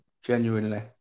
Genuinely